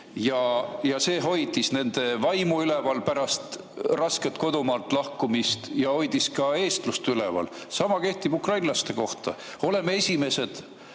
ja see hoidis nende vaimu üleval pärast rasket kodumaalt lahkumist ja hoidis üleval ka eestlust. Sama kehtib ukrainlaste kohta. Oleme esimesed,